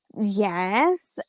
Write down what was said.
Yes